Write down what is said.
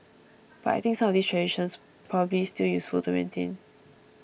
but I think some of these traditions probably still useful to maintain